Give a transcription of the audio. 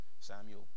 Samuel